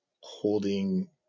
holding